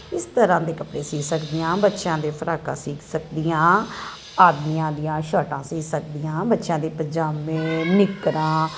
ਇਸ ਤਰਾਂ ਦੇ ਕੱਪੜੇ ਸੀ ਸਕਦੀ ਆ ਬੱਚਿਆਂ ਦੇ ਫਰਾਕਾ ਸੀ ਸਕਦੀ ਆ ਆਦਮੀਆਂ ਦੀਆਂ ਸ਼ਰਟਾਂ ਸੀ ਸਕਦੀ ਆ ਬੱਚਿਆਂ ਦੇ ਪੰਜਾਮੇ ਨਿੱਕਰਾਂ